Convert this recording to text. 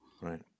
Right